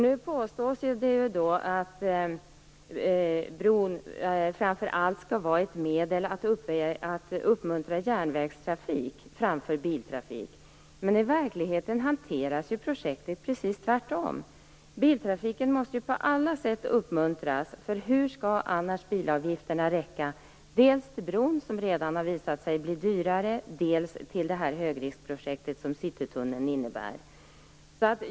Nu påstås det att bron framför allt skall vara ett medel att uppmuntra järnvägstrafik framför biltrafik. I verkligheten hanteras ju projektet precis tvärtom. Biltrafiken måste på alla sätt uppmuntras, för hur skall annars bilavgifterna räcka dels till bron, som redan har visat sig bli dyrare än beräknat, dels till det högriskprojekt som Citytunneln är?